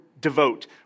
devote